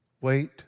Wait